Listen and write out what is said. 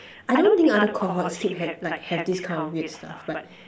I don't think other cohorts keep have like have these kind of weird stuff but